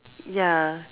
ya